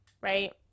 right